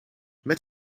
met